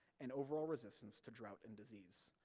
and overall resistance to drought and disease,